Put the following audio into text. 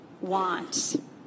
want